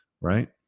right